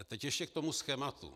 Teď ještě k tomu schématu.